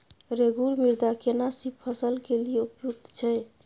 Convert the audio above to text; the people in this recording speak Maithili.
रेगुर मृदा केना सी फसल के लिये उपयुक्त छै?